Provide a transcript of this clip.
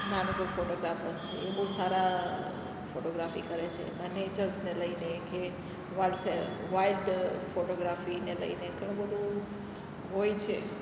નામે કોઈ ફોટોગ્રાફર્સ છે એ બહુ સારા ફોટોગ્રાફી કરે છે અને નેચર્સને લઈને કે વર્સ વાઇલ્ડ ફોટોગ્રાફીને લઈને ઘણું બધું હોય છે